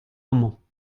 amañ